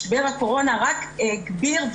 משבר הקורונה רק הגביר,